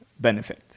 benefit